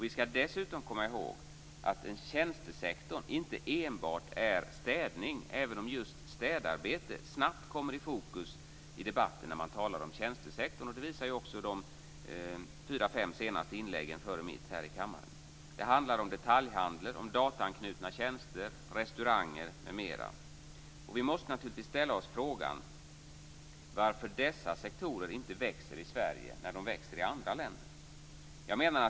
Vi skall dessutom komma ihåg att en tjänstesektor inte enbart handlar om städning även om just städarbete snabbt kommer i fokus i debatten när man talar om tjänstesektorn. Det visar också de fyra, fem senaste inläggen före mitt här i kammaren. Det handlar om detaljhandel, om dataanknutna tjänster, restauranger m.m. Vi måste naturligtvis ställa oss frågan varför dessa sektorer inte växer i Sverige när de växer i andra länder.